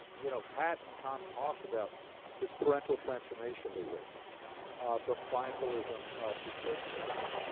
you know, pat and tom talk about this parental transformation they witness from clientelism to citizenship.